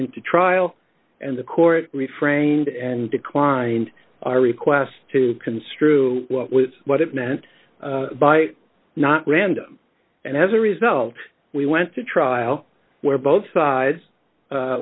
to trial and the court refrained and declined our request to construe what was what it meant by not random and as a result we went to trial where both sides